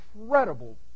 incredible